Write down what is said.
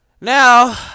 Now